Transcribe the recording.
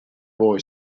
boy